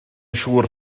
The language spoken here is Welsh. siŵr